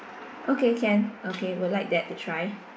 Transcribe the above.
okay can okay would like that to try